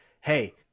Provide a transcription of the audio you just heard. Hey